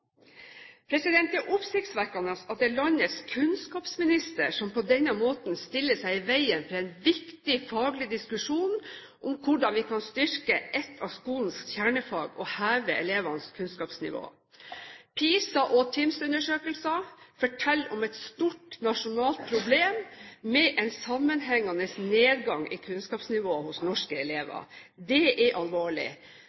Det er oppsiktsvekkende at det er landets kunnskapsminister som på denne måten stiller seg i veien for en viktig faglig diskusjon om hvordan vi kan styrke et av skolens kjernefag og heve elevenes kunnskapsnivå. PISA- og TIMS-undersøkelser forteller om et stort nasjonalt problem med en sammenhengende nedgang i kunnskapsnivået hos norske